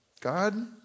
God